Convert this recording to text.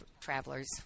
travelers